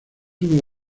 uno